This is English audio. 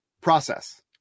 process